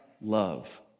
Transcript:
love